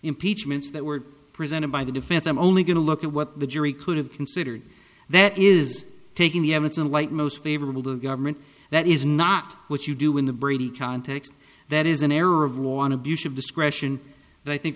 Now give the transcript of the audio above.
impeachments that were presented by the defense i'm only going to look at what the jury could have considered that is taking the evanson light most favorable to the government that is not what you do in the brady context that is an error of war on abuse of discretion and i think